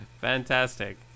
Fantastic